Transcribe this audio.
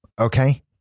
Okay